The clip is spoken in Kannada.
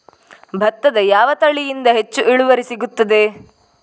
ಭತ್ತದ ಯಾವ ತಳಿಯಿಂದ ಹೆಚ್ಚು ಇಳುವರಿ ಸಿಗುತ್ತದೆ?